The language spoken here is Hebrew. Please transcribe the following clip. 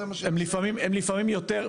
לא, הם לפעמים יותר.